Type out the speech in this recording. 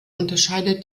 unterscheidet